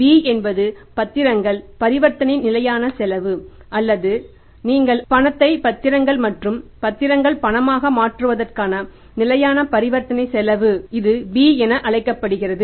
b என்பது பத்திரங்கள் பரிவர்த்தனையின் நிலையான செலவு அல்லது நீங்கள் இதை அழைக்கலாம் பணத்தை பத்திரங்கள் மற்றும் பத்திரங்கள் பணமாக மாற்றுவதற்கான நிலையான பரிவர்த்தனை செலவு இது b என அழைக்கப்படுகிறது